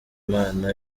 imana